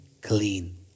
clean